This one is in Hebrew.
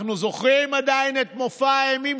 אנחנו זוכרים עדיין את מופע האימים